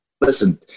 listen